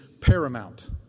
paramount